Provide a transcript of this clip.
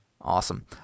Awesome